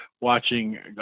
watching